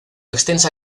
extensa